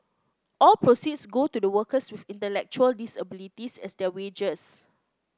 all proceeds go to the workers with intellectual disabilities as their wages